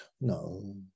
no